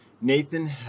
Nathan